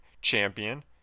Champion